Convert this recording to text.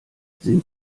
sind